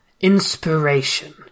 inspiration